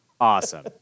Awesome